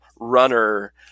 runner